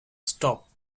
stopped